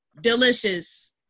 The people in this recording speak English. Delicious